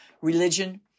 religion